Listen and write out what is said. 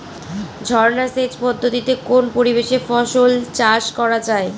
ঝর্না সেচ পদ্ধতিতে কোন পরিবেশে ফসল চাষ করা যায়?